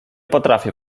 potrafię